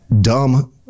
dumb